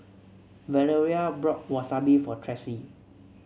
Valeria bought Wasabi for Tressie